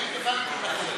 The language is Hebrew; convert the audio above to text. האם הבנתי נכון?